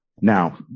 Now